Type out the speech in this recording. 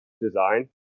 design